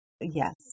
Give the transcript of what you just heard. yes